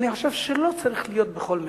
אני חושב שזה לא צריך להיות בכל מחיר.